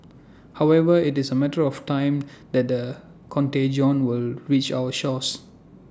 however IT is A matter of time that the contagion will reach our shores